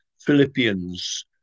Philippians